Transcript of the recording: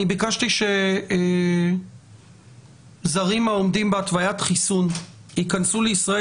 אני ביקשתי שזרים העומדים בהתוויית חיסון ייכנסו לישראל